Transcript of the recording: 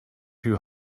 too